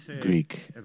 Greek